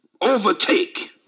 overtake